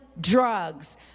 drugs